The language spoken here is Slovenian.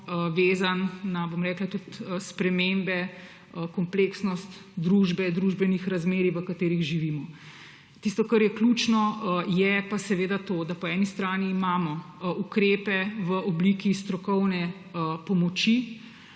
vezan tudi na spremembe, kompleksnost družbe, družbenih razmerij, v katerih živimo. Tisto, kar je ključno, je pa seveda to, da po eni strani imamo ukrepe v obliki strokovne pomoči,